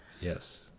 Yes